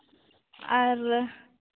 ᱟᱨ